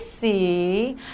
see